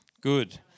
Good